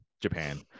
Japan